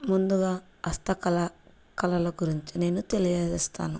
ముందుగా హస్తకళ కళల గురించి నేను తెలియేజెస్తాను